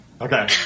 Okay